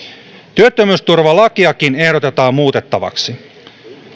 työttömyysturvalakiakin ehdotetaan muutettavaksi